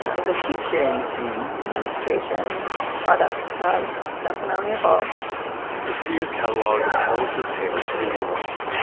it's a sheep shearing machine menstruation products have definitely evolved the sears catalog tells the tale of a world,